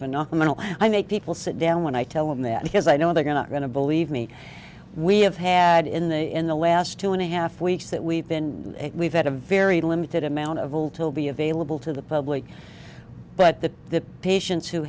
phenomenal and i make people sit down when i tell him that because i know they're going to going to believe me we have had in the in the last two and a half weeks that we've been we've had a very limited amount of all till be available to the public but the patients who